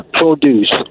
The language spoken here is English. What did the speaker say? produce